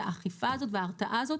והאכיפה הזאת וההרתעה הזאת,